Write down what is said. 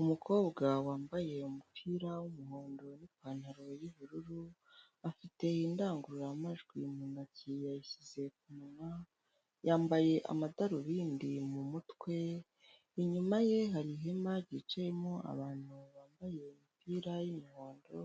Umukobwa wambaye umupira w'umuhondo n'ipantaro y'ubururu, afite indangururamajwi mu ntoki yayishyize kumunwa, yambaye amadarubindi mu mutwe, inyuma ye hari ihema ryicayemo abantu bambaye imipira y'umuhondo,